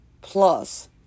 plus